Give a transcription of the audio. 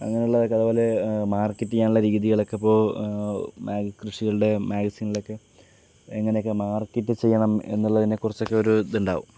അങ്ങനെയുള്ള അതുപോലെ മാർക്കറ്റ് ചെയ്യാനുള്ള രീതികളൊക്കെ ഇപ്പോൾ കൃഷികളുടെ മാഗസീനിലൊക്കെ എങ്ങനെയൊക്കെ മാർക്കറ്റ് ചെയ്യണം എന്നുള്ളതിനെക്കുറിച്ചൊക്കെ ഒരിതുണ്ടാകും